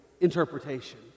interpretation